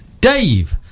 Dave